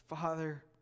Father